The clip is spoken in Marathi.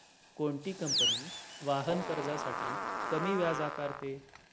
कोणती कंपनी वाहन कर्जासाठी कमी व्याज आकारते?